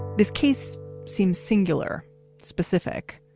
this case seems singular specific,